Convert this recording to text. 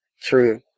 true